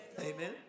Amen